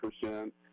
percent